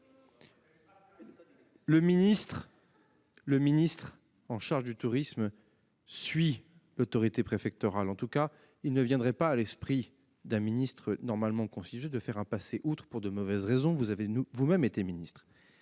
Le ministre chargé du tourisme suit l'autorité préfectorale. En tout cas, il ne viendrait pas à l'esprit d'un ministre normalement constitué de passer outre pour de mauvaises raisons- vous avez d'ailleurs